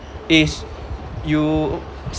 is you